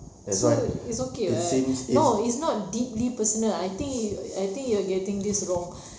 so it's okay what no it's not deeply personal I think I think you are getting this wrong